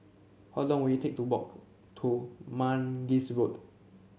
how long will it take to walk to Mangis Road